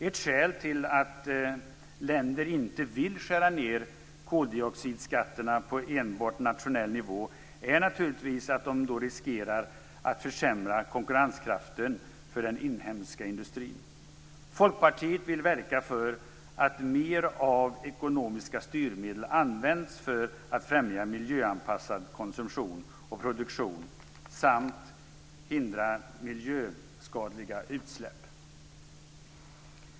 Ett skäl till att länder inte vill skärpa koldioxidskatterna på enbart nationell nivå är naturligtvis att de då riskerar att försämra konkurrenskraften för den inhemska industrin. Folkpartiet vill verka för att mer av ekonomiska styrmedel används för att främja miljöanpassad konsumtion och produktion samt hindra miljöskadliga utsläpp.